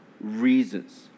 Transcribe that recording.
reasons